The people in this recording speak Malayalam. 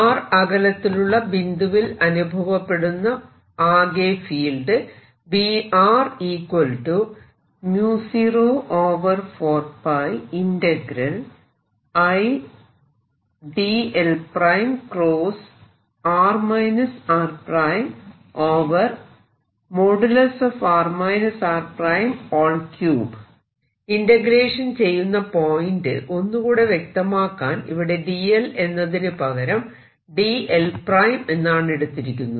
r അകലത്തിലുള്ള ബിന്ദുവിൽ അനുഭവപ്പെടുന്ന ആകെ ഫീൽഡ് ഇന്റഗ്രേഷൻ ചെയ്യുന്ന പോയിന്റ് ഒന്നുകൂടെ വ്യക്തമാക്കാൻ ഇവിടെ dl എന്നതിന് പകരം dl′ എന്നാണെടുത്തിരിക്കുന്നത്